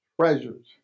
treasures